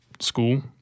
school